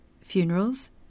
Funerals